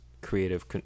creative